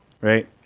right